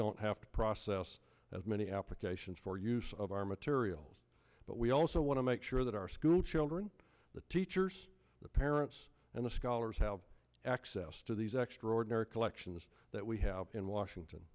don't have to process as many applications for use of our materials but we also want to make sure that our school children the teachers the parents and the scholars have access to these extraordinary collections that we have in washington